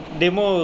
demo